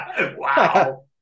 wow